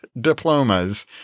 diplomas